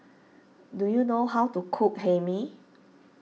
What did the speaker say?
do you know how to cook Hae Mee